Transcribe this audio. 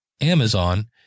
Amazon